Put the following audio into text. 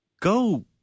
Go